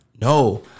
No